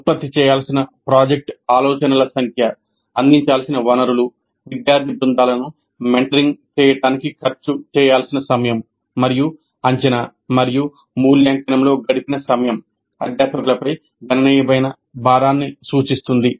ఉత్పత్తి చేయాల్సిన ప్రాజెక్ట్ ఆలోచనల సంఖ్య అందించాల్సిన వనరులు విద్యార్థి బృందాలను మెంటరింగ్ చేయడానికి ఖర్చు చేయాల్సిన సమయం మరియు అంచనా మరియు మూల్యాంకనంలో గడిపిన సమయం అధ్యాపకులపై గణనీయమైన భారాన్ని సూచిస్తాయి